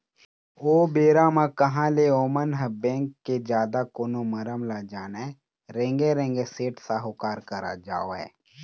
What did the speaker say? ओ बेरा म कहाँ ले ओमन ह बेंक के जादा कोनो मरम ल जानय रेंगे रेंगे सेठ साहूकार करा जावय